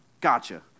Gotcha